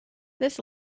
this